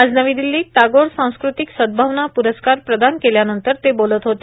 आज नवी दिल्लीत टागोर सांस्कृतिक सद्भावना प्रस्कार प्रदान केल्यानंतर ते बोलत होते